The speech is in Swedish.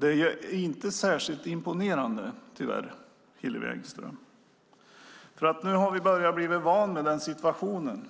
Det är tyvärr inte särskilt imponerande, Hillevi Engström! Nu har vi börjat bli vana vid situationen